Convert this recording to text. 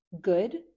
good